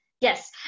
Yes